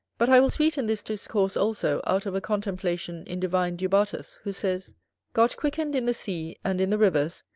but i will sweeten this discourse also out of a contemplation in divine du bartas, who says god quickened in the sea, and in the rivers,